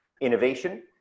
innovation